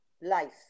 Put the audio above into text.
life